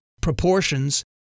proportions